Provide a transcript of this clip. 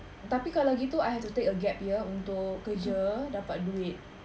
tapi kalau gitu I have to take a gap year untuk kerja dapat duit